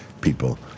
people